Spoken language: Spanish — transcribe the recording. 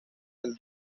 del